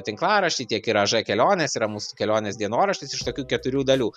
tinklarašty tiek ir a ž kelionės yra mūs kelionės dienoraštis iš tokių keturių dalių